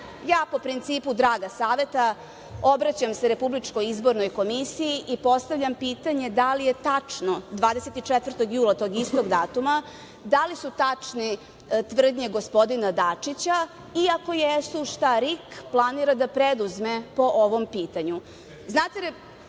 Ja po principu, draga Saveta, obraćam se Republičkoj izbornoj komisiji i postavljam pitanje da li je tačno, 24. jula tog istog datuma, da li su tačne tvrdnje gospodina Dačića, i ako jesu šta RIK planira da preduzme po ovom pitanju? Znate,